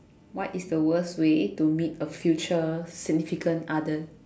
what is the worst way to meet a significant future others